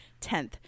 10th